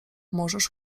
możesz